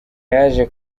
yaje